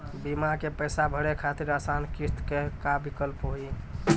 बीमा के पैसा भरे खातिर आसान किस्त के का विकल्प हुई?